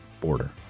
border